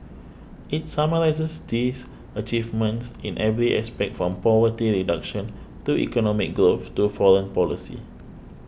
it summarises Xi's achievements in every aspect from poverty reduction to economic growth to foreign policy